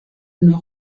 noch